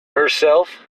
herself